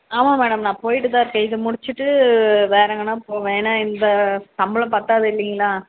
ஆமாம் மேடம் நான் போயிட்டு தான் இருக்கேன் இதை முடிச்சுட்டு வேறு எங்கேனா போவேன் ஏனால் இந்த சம்பளம் பற்றாது இல்லைங்களா